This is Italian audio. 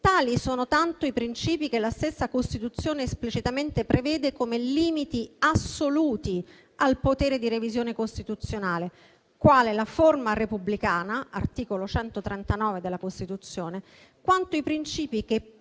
Tali sono tanto i princìpi che la stessa Costituzione esplicitamente prevede, come limiti assoluti al potere di revisione costituzionale, quale la forma repubblicana (art. 139 Cost.), quanto i princìpi che, pur